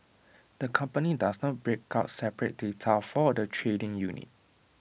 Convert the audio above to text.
the company does not break out separate data for the trading unit